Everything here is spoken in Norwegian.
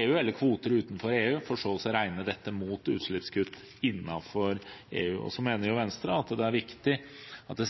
EU for så å regne dette opp mot utslippskutt innenfor EU. Venstre mener at det er viktig,